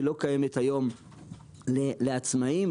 שלא קיימת היום עבור עצמאים.